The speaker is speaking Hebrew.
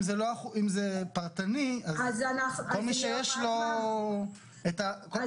אם זה פרטני, אז כל